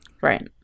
Right